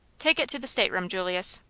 take it to the stateroom, julius.